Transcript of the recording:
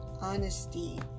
honesty